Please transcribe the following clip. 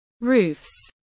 roofs